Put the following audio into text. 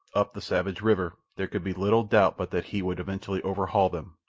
up the savage river, there could be little doubt but that he would eventually overhaul them,